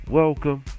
welcome